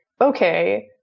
okay